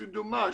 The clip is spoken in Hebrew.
מציאות מדומה,